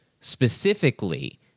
specifically